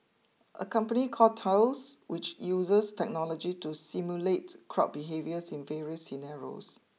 a company called Thales which uses technology to simulate crowd behaviours in various scenarios